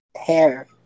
hair